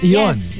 Yes